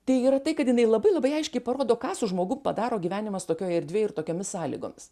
tai yra tai kad jinai labai labai aiškiai parodo ką su žmogum padaro gyvenimas tokioj erdvėj ir tokiomis sąlygomis